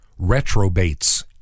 retrobates